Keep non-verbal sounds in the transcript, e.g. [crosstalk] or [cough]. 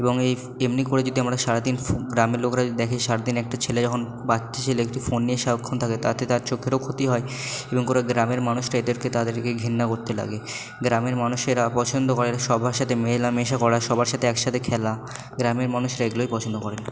এবং এই এমনি করে যদি আমরা সারা দিন গ্রামের লোকরা যদি দেখে সারা দিন একটা ছেলে যখন বাচ্চা ছেলে একটি ফোন নিয়ে সারাক্ষণ থাকে তাতে তার চোখেরও ক্ষতি হয় [unintelligible] গ্রামের মানুষরা এদেরকে তাদেরকে ঘেন্না করতে লাগে গ্রামের মানুষেরা পছন্দ করে সবার সাথে মেলামেশা করা সবার সাথে একসাথে খেলা গ্রামের মানুষরা এগুলোই পছন্দ করেন